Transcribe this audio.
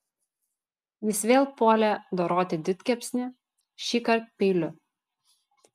jis vėl puolė doroti didkepsnį šįkart peiliu